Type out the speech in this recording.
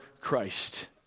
Christ